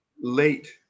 Late